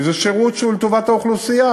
כי זה שירות שהוא לטובת האוכלוסייה.